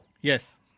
Yes